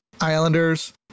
Islanders